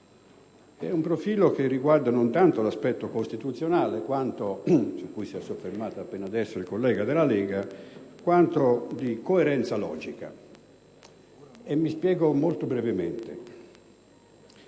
È un profilo che riguarda non tanto l'aspetto costituzionale, su cui si è soffermato appena adesso il collega della Lega, quanto la coerenza logica. Mi spiego molto brevemente.